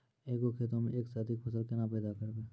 एक गो खेतो मे एक से अधिक फसल केना पैदा करबै?